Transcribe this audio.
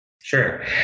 Sure